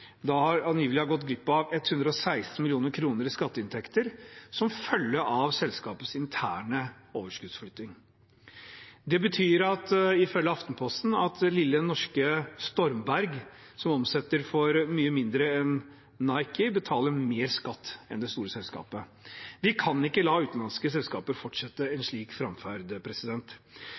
angivelig har gått glipp av 116 mill. kr i skatteinntekter som følge av selskapets interne overskuddsflytting. Det betyr ifølge Aftenposten at lille, norske Stormberg, som omsetter for mye mindre enn Nike, betaler mer skatt enn det store selskapet. Vi kan ikke la utenlandske selskaper fortsette en slik framferd.